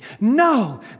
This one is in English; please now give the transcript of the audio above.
No